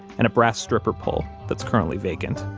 and a brass stripper pole that's currently vacant